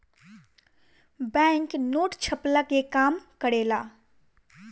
bank note छ्पला के काम करेला